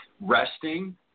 resting